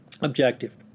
objective